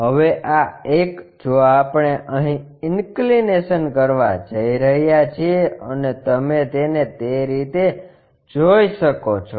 હવે આ એક જો આપણે અહી ઇન્કલીનેશન કરવા જઈ રહ્યા છીએ અને તમે તેને તે રીતે જોઈ શકો છો